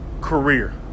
career